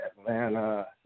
Atlanta